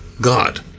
God